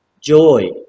joy